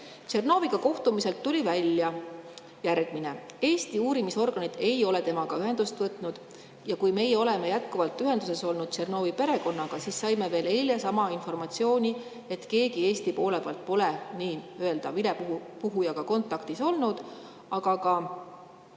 Tšernoviga kohtumisel tuli välja järgmine: Eesti uurimisorganid ei ole temaga ühendust võtnud. Meie oleme jätkuvalt ühenduses olnud Tšernovi perekonnaga ja saime veel eile sama informatsiooni, et keegi Eesti poole pealt pole nii-öelda vilepuhujaga kontaktis olnud. Aga ka